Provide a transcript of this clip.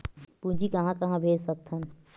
पूंजी कहां कहा भेज सकथन?